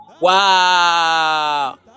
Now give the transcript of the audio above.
Wow